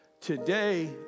Today